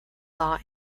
law